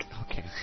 Okay